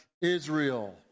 Israel